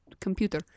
computer